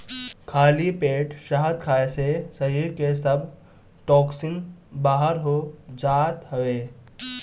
खाली पेट शहद खाए से शरीर के सब टोक्सिन बाहर हो जात हवे